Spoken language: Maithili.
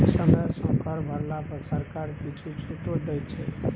समय सँ कर भरला पर सरकार किछु छूटो दै छै